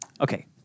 okay